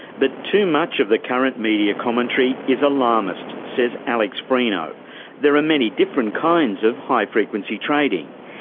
but too much of the current media commentary is alarmist, says alex frino there are many different kinds of high-frequency trading.